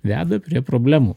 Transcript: veda prie problemų